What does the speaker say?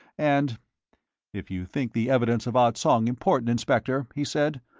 and if you think the evidence of ah tsong important, inspector, he said,